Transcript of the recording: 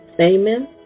Amen